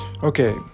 Okay